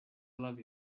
love